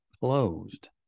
closed